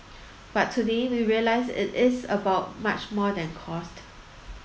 but today we realise it is about much more than cost